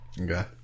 Okay